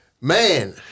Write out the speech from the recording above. Man